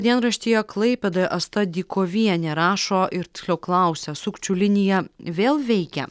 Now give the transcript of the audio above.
dienraštyje klaipėdoj asta dykovienė rašo ir tiksliau klausia sukčių linija vėl veikia